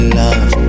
love